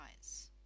eyes